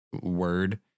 word